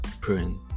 print